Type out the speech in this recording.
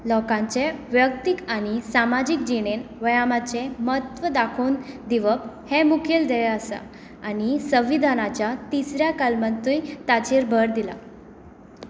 लोकांचे व्यक्तीक आनी सामाजीक जिणेंत व्यायामाचें म्हत्व दाखोन दिवप हें मुखेल ध्येय आसा आनी संविधानाच्या तिसऱ्या कलमातूंय ताचेर भर दिला